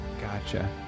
Gotcha